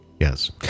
yes